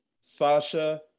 Sasha